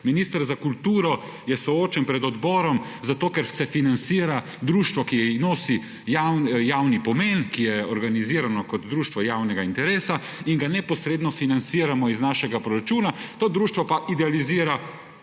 Minister za kulturo je soočen pred odborom zato, ker se financira društvo, ki nosi javni pomen, ki je organizirano kot društvo javnega interesa in ga neposredno financiramo iz našega proračuna, to društvo pa idealizira